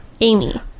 Amy